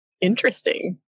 interesting